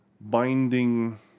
binding